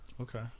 Okay